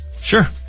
Sure